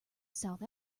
south